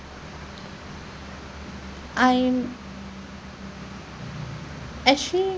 I'm actually